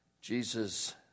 Jesus